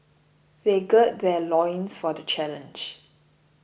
they gird their loins for the challenge